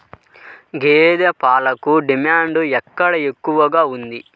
గేదె పాలకు డిమాండ్ ఎక్కడ ఎక్కువగా ఉంది?